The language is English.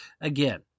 again